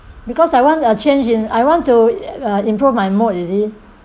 because I want a change in I want to uh improve my mood you see